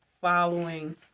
following